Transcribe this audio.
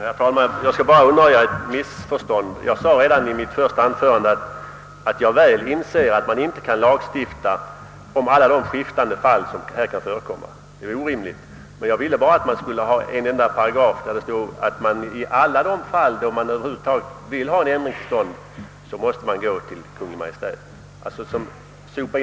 Herr talman! Jag vill bara undanröja ett missförstånd. Jag sade redan i mitt första anförande att jag väl inser att en lag i detta fall inte kan reglera alla de skiftande fall som här kan förekomma. Jag menar att man skall ha en enda paragraf, som stadgar att man i alla de fall där ändring över huvud taget behöver komma till stånd måste gå till Kungl. Maj:t.